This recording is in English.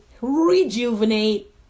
rejuvenate